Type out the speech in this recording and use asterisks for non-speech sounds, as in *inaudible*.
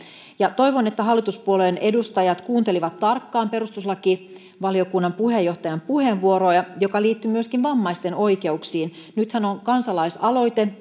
toivon että hallituspuolueiden edustajat kuuntelivat tarkkaan perustuslakivaliokunnan puheenjohtajan puheenvuoroa joka liittyi myöskin vammaisten oikeuksiin nythän on kansalaisaloite *unintelligible*